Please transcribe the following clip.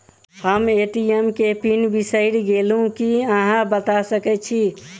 हम ए.टी.एम केँ पिन बिसईर गेलू की अहाँ बता सकैत छी?